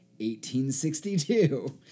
1862